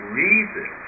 reason